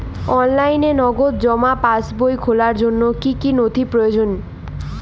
অনলাইনে নগদ জমা পাসবই খোলার জন্য কী কী নথি প্রয়োজন?